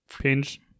Pinch